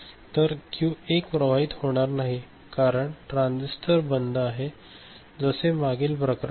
तर क्यू 1 प्रवाहित होणार नाही कारण हा ट्रान्झिस्टर बंद आहे जसे मागील प्रकरण होते